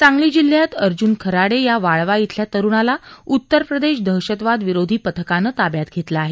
सांगली जिल्ह्यात अर्जून खराडे या वाळवा इथल्या तरुणाला उत्तर प्रदेश दहशतवादविरोधी पथकानं ताब्यात घेतलं आहे